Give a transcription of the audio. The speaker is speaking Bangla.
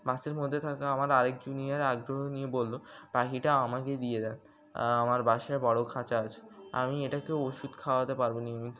বাসের মধ্যে থাকা আমার আরেক জুনিয়র আগ্রহ নিয়ে বলল পাখিটা আমাকে দিয়ে দিন আমার বাসায় বড় খাঁচা আছে আমি এটাকে ওষুধ খাওয়াতে পারব নিয়মিত